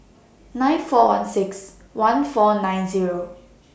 nine four one six one four nine Zero